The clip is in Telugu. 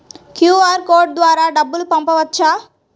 క్యూ.అర్ కోడ్ ద్వారా డబ్బులు పంపవచ్చా?